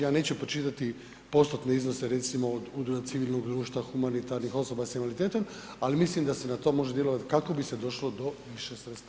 Ja neću pročitati postotne iznose recimo od udruga civilnog društva, humanitarnih osoba sa invaliditetom ali mislim da se na to može djelovati kako bi se došlo do više sredstava.